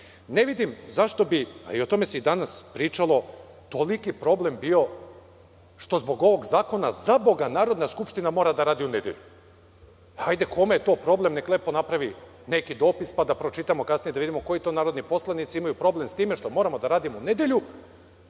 vidim zašto bi, a i o tome se danas pričalo toliki problem bio što zbog ovog zakona Narodna skupština mora da radi u nedelju. Hajde, kome je to problem neka lepo napravi neki dopis pa da pročitamo kasnije, da vidimo koji to narodni poslanici imaju problem sa time što moramo da radimo u nedelju